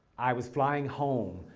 i was flying home,